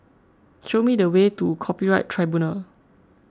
show me the way to Copyright Tribunal